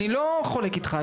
אני לא חולק איתך,